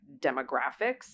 demographics